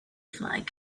flag